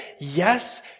yes